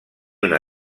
una